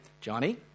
Johnny